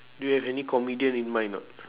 do you have any comedian in mind or not